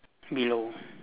below